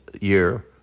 year